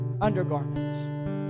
undergarments